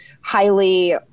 highly